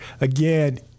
again